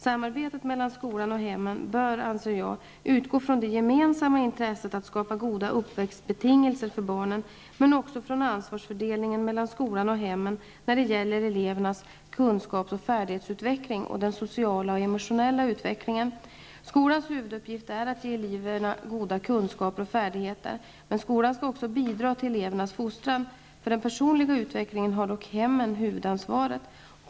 Samarbetet mellan skolan och hemmen bör, anser jag, utgå från det gemensamma intresset att skapa goda uppväxtbetingelser för barnen men också från ansvarsfördelningen mellan skolan och hemmen när det gäller elevernas kunskaps och färdighetsutveckling och den sociala och emotionella utvecklingen. Skolans huvuduppgift är att ge eleverna goda kunskaper och färdigheter, men skolan skall också bidra till elevernas fostran. För den personliga utvecklingen har dock hemmen huvudansvaret.